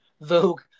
Vogue